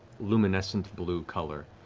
luminescent blue color.